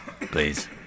Please